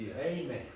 Amen